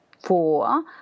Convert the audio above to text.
four